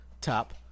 top